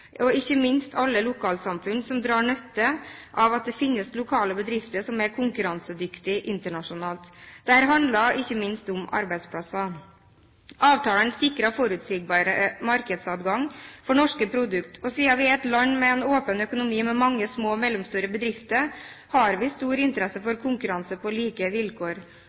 ikke minst alle lokalsamfunn som drar nytte av at det finnes lokale bedrifter som er konkurransedyktig internasjonalt. Det handler ikke minst om arbeidsplasser. Avtalene sikrer forutsigbar markedsadgang for norske produkt. Siden Norge er et land med åpen økonomi med mange små og mellomstore bedrifter, har vi stor interesse for konkurranse på like vilkår.